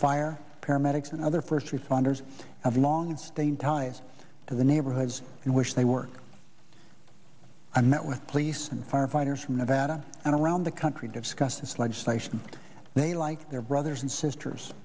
fire paramedics and other first responders have long stain ties to the neighborhoods in which they work i met with police and firefighters from nevada and around the country discuss this legislation they like their brothers and sisters